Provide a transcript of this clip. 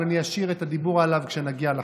אבל אני אשאיר את הדיבור עליו כשנגיע לחוק.